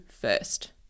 first